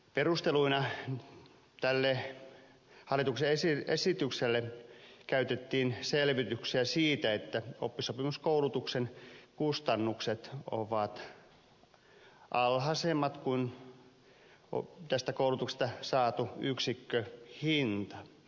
perusteluina tälle hallituksen esitykselle käytettiin selvityksiä siitä että oppisopimuskoulutuksen kustannukset ovat alhaisemmat kuin tästä koulutuksesta saatu yksikköhinta